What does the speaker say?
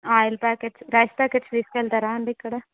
oil packets rice packet తీసుకెళతారాండి ఇక్కడ